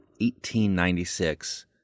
1896